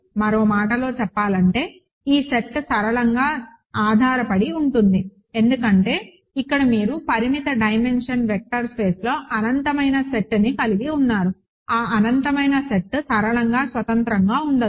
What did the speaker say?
మరో మాటలో చెప్పాలంటే ఈ సెట్ సరళంగా ఆధారపడి ఉంటుంది ఎందుకంటే మీరు ఇక్కడ పరిమిత డైమెన్షనల్ వెక్టర్ స్పేస్లో అనంతమైన సెట్ని కలిగి ఉన్నారు ఆ అనంతమైన సెట్ సరళంగా స్వతంత్రంగా ఉండదు